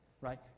right